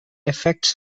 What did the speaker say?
effects